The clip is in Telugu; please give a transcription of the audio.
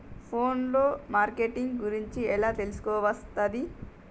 ఫోన్ లో మార్కెటింగ్ గురించి ఎలా తెలుసుకోవస్తది?